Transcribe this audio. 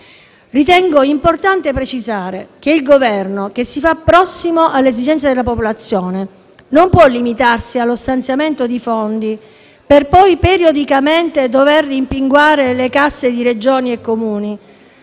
Ritengo importante precisare che il Governo, che si fa prossimo alle esigenze della popolazione, non può limitarsi allo stanziamento di fondi, per poi, periodicamente, dover rimpinguare le casse di Regioni e Comuni